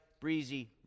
breezy